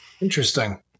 Interesting